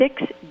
six